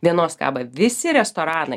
vienos kaba visi restoranai